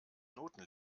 noten